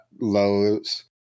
lows